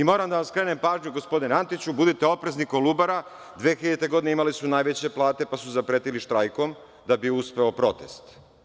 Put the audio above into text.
Moram da vam skrenem pažnju, gospodine Antiću, budite oprezni, „Kolubara“, 2000. godine imali su najveće plate, pa su zapretili štrajkom da bi uspeo protest.